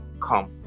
come